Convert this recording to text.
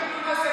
לגמרי.